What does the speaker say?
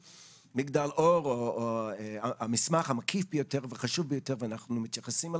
מגדל אור או המסמך המקיף ביותר והחשוב ביותר ואנחנו מתייחסים אליו,